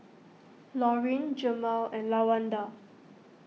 Laurene Jemal and Lawanda